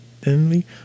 thinly